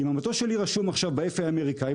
אם המטוס שלי רשום עכשיו ב-FAA האמריקני,